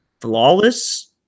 flawless